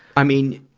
i mean,